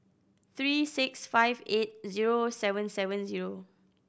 three six five eight zero seven seven zero